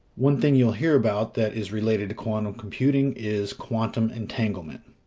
one thing you'll hear about that is related to quantum computing is quantum entanglement.